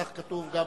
כך כתוב גם.